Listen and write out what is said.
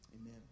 Amen